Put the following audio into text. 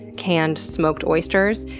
canned, smoked oysters,